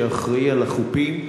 שאחראי לחופים,